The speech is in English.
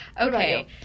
Okay